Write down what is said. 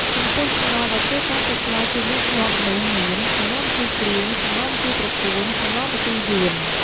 ចំពោះសម្លដែលគេតែងតែស្លជាញឹកញាប់នោះមាន សម្លម្ជូរគ្រឿង សម្លម្ជូរត្រកួន សម្លម្ជូរយួន។